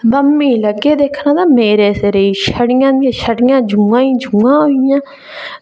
mummy लगे दिक्खन ते मेरे सिरै शड़ियां ते शड़ियां जुआं ई जुआं होई गेइयां